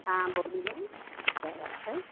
हाँ बोलिये क्या बात है